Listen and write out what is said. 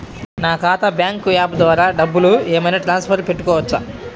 నా ఖాతా bank app ద్వారా డబ్బులు ఏమైనా ట్రాన్స్ఫర్ పెట్టుకోవచ్చా?